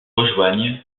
rejoignent